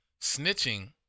snitching